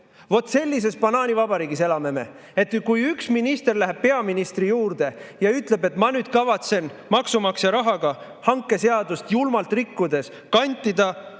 Vot sellises banaanivabariigis elame me, et kui üks minister läheb peaministri juurde ja ütleb, et ma nüüd kavatsen maksumaksja rahaga hankeseadust julmalt rikkudes kantida